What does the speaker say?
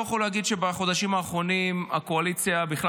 לא יכול להגיד שבחודשים האחרונים הקואליציה בכלל